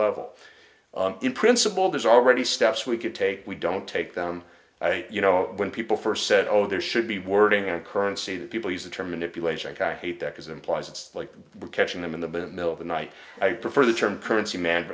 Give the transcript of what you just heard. level in principle there's already steps we could take we don't take them you know when people first said oh there should be wording on currency that people use the term manipulate i hate that because implies it's like we're catching them in the middle of the night i prefer the term currency man